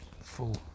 full